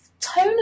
Tone